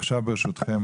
עכשיו ברשותכם,